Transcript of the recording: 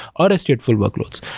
ah but stateful workloads.